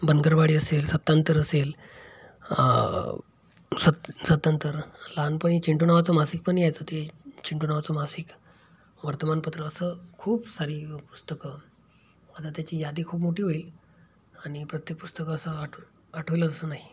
बनकररवाडी असेल सत्तांतर असेल सत् सत्तांतर लहानपणी चिंटू नावाचं मासिक पण यायचं ते चिंटू नावाचं मासिक वर्तमानपत्र असं खूप सारी पुस्तकं आता त्याची यादी खूप मोठी होईल आणि प्रत्येक पुस्तक असं आठ आठवलं असं नाही